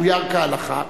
"גויר כהלכה",